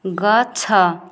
ଗଛ